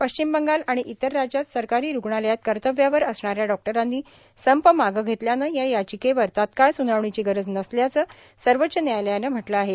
पश्चिम बंगाल आणि इतर राज्यात सरकारी रुग्णालयात कर्तव्यावर असणाऱ्या डॉक्टरांनी संप मागं घेतल्यानं या याचिकेवर तत्काळ स्नावणीची गरज नसल्याचं सर्वोच्च न्यायालयानं म्हटलं आहे